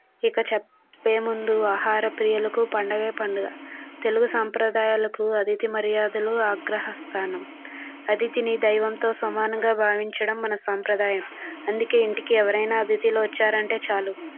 ఇక చెప్పే ముందు ఆహారప్రియులకు పండగే పండగ తెలుగు సాంప్రదాయాలకు అతిథి మర్యాదలు మరియు ఆగ్రస్థానం అతిథి దైవంతో సమానంగా భావించడం మన సంప్రదాయం అందుకే ఇంటికి ఎవరైనా అతిథులు వచ్చారంటే చాలు